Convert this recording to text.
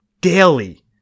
daily